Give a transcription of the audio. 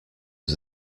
was